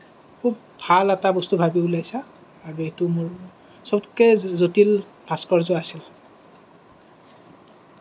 খুব ভাল এটা বস্তু ভাবি উলিয়াইছা আৰু সেইটো মোৰ চবতকৈ জটিল ভাস্কৰ্য্য় আছিল